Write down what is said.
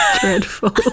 Dreadful